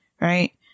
Right